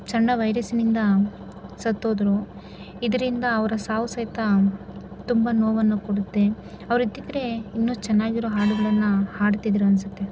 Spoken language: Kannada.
ಸಣ್ಣ ವೈರಸ್ಸಿನಿಂದ ಸತ್ತೋದರು ಇದರಿಂದ ಅವರ ಸಾವು ಸಹಿತ ತುಂಬ ನೋವನ್ನು ಕೊಡುತ್ತೆ ಅವ್ರು ಇದ್ದಿದ್ದರೆ ಇನ್ನೂ ಚೆನ್ನಾಗಿರುವ ಹಾಡುಗಳನ್ನು ಹಾಡ್ತಿದ್ದರು ಅನಿಸುತ್ತೆ